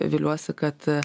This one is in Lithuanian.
viliuosi kad